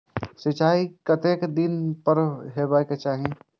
सिंचाई कतेक दिन पर हेबाक चाही?